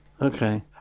Okay